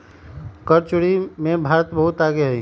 कर चोरी में भारत बहुत आगे हई